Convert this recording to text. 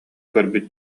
көрбүт